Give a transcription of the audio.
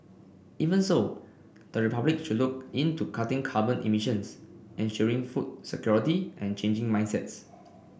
even so the republic should look into cutting carbon emissions ensuring food security and changing mindsets